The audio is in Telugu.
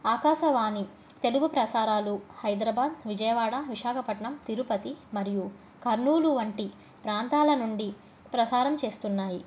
ఆకాశవాణి తెలుగు ప్రసారాలు హైదరాబాదు విజయవాడ విశాఖపట్నం తిరుపతి మరియు కర్నూలు వంటి ప్రాంతాల నుండి ప్రసారం చేస్తున్నాయి